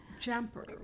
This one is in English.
jumper